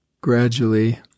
gradually